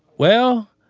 well,